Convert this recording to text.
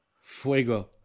Fuego